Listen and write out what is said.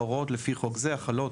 הוראות על פי חוק זה החלות